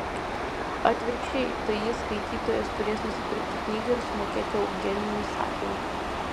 atvirkščiai tai jis skaitytojas turės nusipirkti knygą ir sumokėti eugenijui sakalui